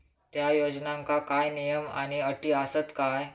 त्या योजनांका काय नियम आणि अटी आसत काय?